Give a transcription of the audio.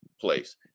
place